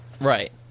Right